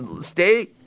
stay